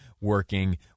working